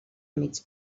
mig